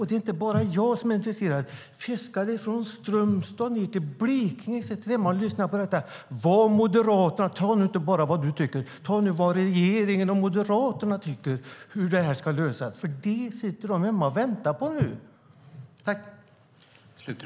Det är inte bara jag som är intresserad. Fiskare från Strömstad ned till Blekinge sitter hemma och lyssnar på detta. Tala nu inte bara om vad du tycker! Tala om hur regeringen och Moderaterna tycker att detta ska lösas! De sitter hemma och väntar på att få höra det.